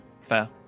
Fair